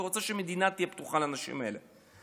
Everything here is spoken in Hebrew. והוא רצה שהמדינה תהיה פתוחה לאנשים האלה.